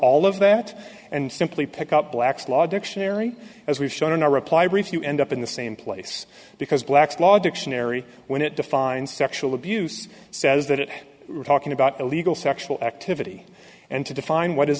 all of that and simply pick up black's law dictionary as we've shown in our reply brief you end up in the same place because black's law dictionary when it defines sexual abuse says that it we're talking about illegal sexual activity and to define